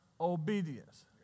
obedience